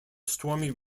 stormy